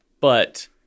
but-